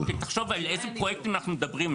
לא, כי תחשוב על איזה פרויקטים אנחנו מדברים.